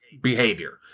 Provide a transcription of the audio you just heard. behavior